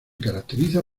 caracteriza